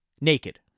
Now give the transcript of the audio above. naked